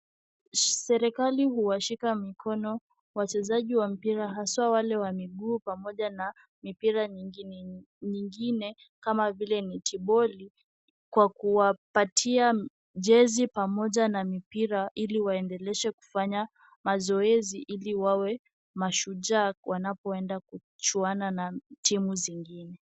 Serikali huwashika mikono wachezaji wa mpira haswa wale wa miguu pamoja na mipira mingine kama vile netiboli , kwa kuwapatia jezi pamoja na mipira, ili waendeleshe kufanya mazoezi ili wawe mashujaa wanapoenda kuchuana na timu zingine.